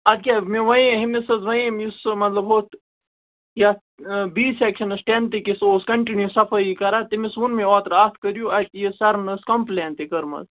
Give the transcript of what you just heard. اَدٕ کیٛاہ مےٚ وَنے أمِس حظ وَنیم یُس سُہ مطلب ہُتھ یَتھ بی سیٚکشَنَس ٹٮ۪نتھٕکِس اوس کَنٛٹِنیُو صَفٲیی کران تٔمِس ووٚن مےٚ اوٚترٕ اَتھ کٔریُو اَتہِ یہِ سَرَن ٲسۍ کَمپٕلین تہِ کٔرٕمٕژ